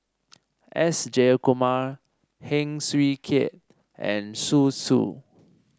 S Jayakumar Heng Swee Keat and Zhu Xu